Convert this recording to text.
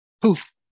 Poof